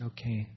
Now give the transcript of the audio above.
Okay